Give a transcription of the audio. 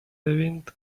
wind